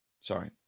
Sorry